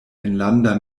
enlanda